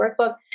workbook